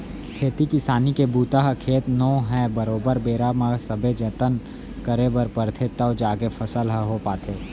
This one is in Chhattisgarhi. खेती किसानी के बूता ह खेत नो है बरोबर बेरा बेरा म सबे जतन करे बर परथे तव जाके फसल ह हो पाथे